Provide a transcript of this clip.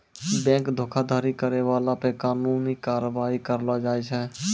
bank धोखाधड़ी करै बाला पे कानूनी कारबाइ करलो जाय छै